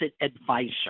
advisor